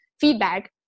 feedback